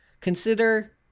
consider